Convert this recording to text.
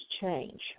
change